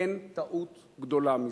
אין טעות גדולה מזו.